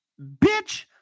bitch